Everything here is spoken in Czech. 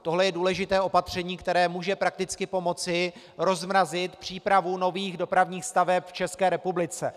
Tohle je důležité opatření, které může prakticky pomoci rozmrazit přípravu nových dopravních staveb v České republice.